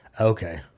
Okay